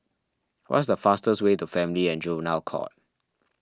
what is the fastest way to Family and Juvenile Court